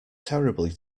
terribly